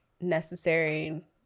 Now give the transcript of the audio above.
necessary